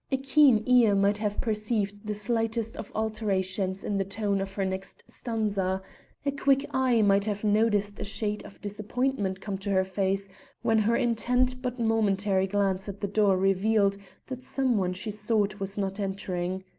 a keen ear might have perceived the slightest of alterations in the tone of her next stanza a quick eye might have noticed a shade of disappointment come to her face when her intent but momentary glance at the door revealed that some one she sought was not entering.